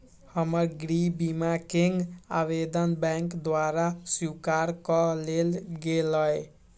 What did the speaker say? हमर गृह बीमा कें आवेदन बैंक द्वारा स्वीकार कऽ लेल गेलय